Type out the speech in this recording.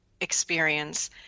experience